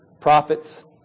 prophets